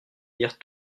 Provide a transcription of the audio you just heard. lire